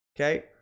okay